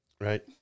Right